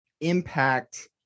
impact